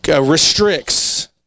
restricts